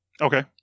Okay